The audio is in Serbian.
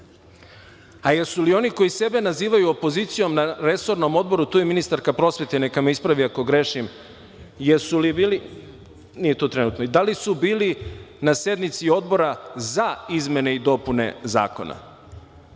A jesu li oni koji sebe nazivaju opozicijom na resornom odboru, tu je ministarka prosvete, neka me ispravi ako grešim, da li su bili na sednici Odbora za izmene i dopune Zakona?